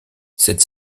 cette